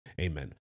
Amen